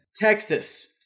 Texas